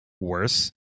worse